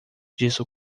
disse